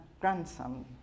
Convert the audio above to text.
grandson